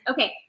Okay